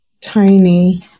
tiny